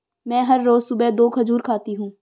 मैं हर रोज सुबह दो खजूर खाती हूँ